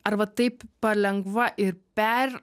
ar va taip palengva ir per